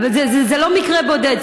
אבל זה לא מקרה בודד,